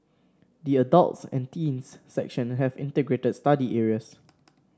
the adults and teens section have integrated study areas